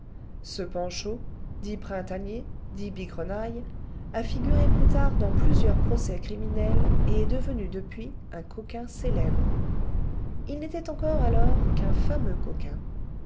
ce panchaud dit printanier dit bigrenaille a figuré plus tard dans plusieurs procès criminels et est devenu depuis un coquin célèbre il n'était encore alors qu'un fameux coquin